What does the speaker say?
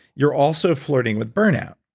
you're also flirting with burnout.